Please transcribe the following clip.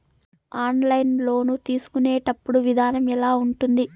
online loan తీసుకునేటప్పుడు విధానం ఎలా ఉంటుంది